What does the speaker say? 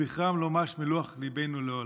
וזכרם לא מש מלוח ליבנו לעולם.